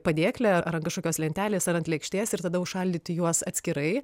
padėkle ar ant kažkokios lentelės ar ant lėkštės ir tada užšaldyti juos atskirai